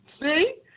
See